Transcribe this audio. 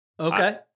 Okay